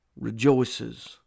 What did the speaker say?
rejoices